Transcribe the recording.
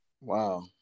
Wow